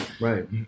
Right